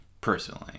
personally